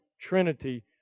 Trinity